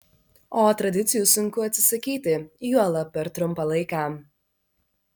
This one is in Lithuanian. o tradicijų sunku atsisakyti juolab per trumpą laiką